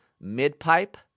mid-pipe